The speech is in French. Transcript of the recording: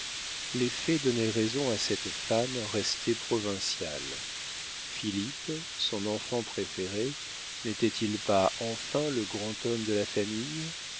donnaient raison à cette femme restée provinciale philippe son enfant préféré n'était-il pas enfin le grand homme de la famille